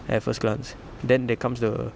at first glance then there comes the